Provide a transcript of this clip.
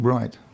Right